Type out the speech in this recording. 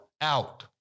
out